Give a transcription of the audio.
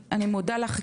אני מודה לך,